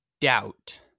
doubt